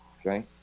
Okay